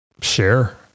share